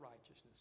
righteousness